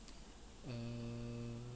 hmm